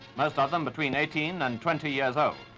most of them between eighteen and twenty years old.